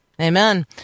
amen